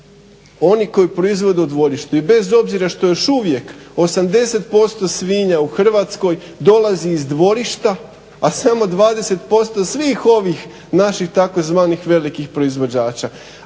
Oni koji proizvode u dvorištu. I bez obzira što još uvijek 80% svinja u Hrvatskoj dolazi iz dvorišta, a samo 20% svih ovih naših tzv. velikih proizvođača.